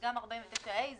אין לנו התנגדות